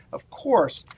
of course,